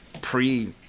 pre-